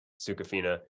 Sukafina